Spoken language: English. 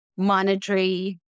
monetary